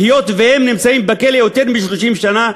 היות שהם נמצאים בכלא יותר מ-30 שנה,